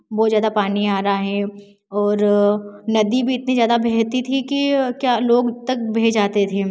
बहुत ज्यादा पानी आ रहा है और नदी भी इतनी ज्यादा बहती थी कि क्या लोग तक बह जाते थे